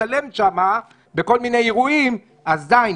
להצטלם שם בכל מיני אירועים אז די,